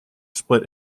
split